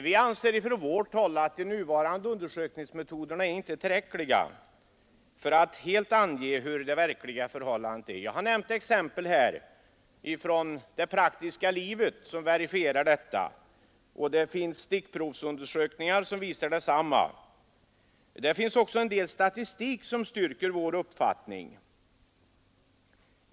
Vi anser från vårt håll att de nuvarande undersökningsmetoderna inte är tillräckliga för att helt ange det verkliga förhållandet. Jag har nämnt exempel här från det praktiska livet som verifierar detta, och det finns stickprovsundersökningar som visar detsamma. Det finns också en del statistik som styrker vår uppfattning.